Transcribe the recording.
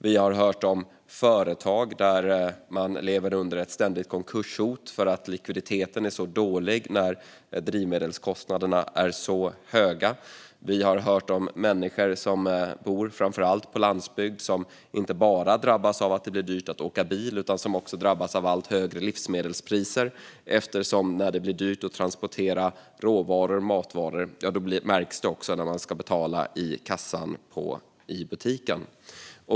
Vi har hört om företag som lever under ett ständigt konkurshot för att likviditeten är så dålig när drivmedelskostnaderna är så höga. Vi har hört om människor som bor framför allt på landsbygd som inte bara drabbas av att det blir dyrt att åka bil utan som också drabbas av allt högre livsmedelspriser. När det blir dyrt att transportera råvaror och matvaror märks det också när man ska betala i kassan i butiken.